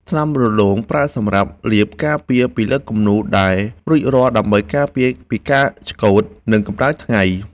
ថ្នាំរលោង ប្រើសម្រាប់លាបការពារពីលើគំនូរដែលរួចរាល់ ដើម្បីការពារពីការឆ្កូត និងកម្ដៅថ្ងៃ។